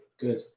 Good